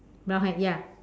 brown hair ya